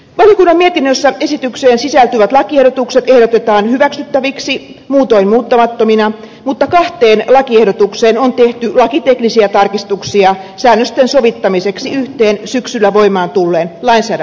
valiokunnan mietinnössä esitykseen sisältyvät lakiehdotukset ehdotetaan hyväksyttäviksi muutoin muuttamattomina mutta kahteen lakiehdotukseen on tehty lakiteknisiä tarkistuksia säännösten sovittamiseksi yhteen syksyllä voimaan tulleen lainsäädännön kanssa